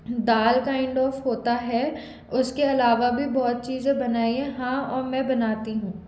dal kind of होता है उसके अलावा भी बहुत चीज़ें बनाई है हाँ और मैं बनाती हूँ